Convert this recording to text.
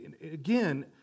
Again